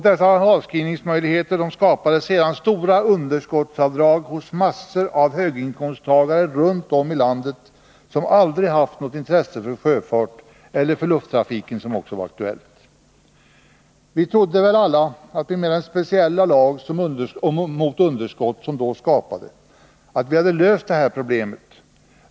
Dessa avskrivningsmöjligheter skapade sedan stora underskottsavdrag hos massor av höginkomsttagare runt om i landet som aldrig tidigare hade haft något intresse för sjöfart — eller för lufttrafik, vilket också var aktuellt. Vi trodde väl alla att vi med den speciella lag mot underskott som vi då skapade hade löst detta problem.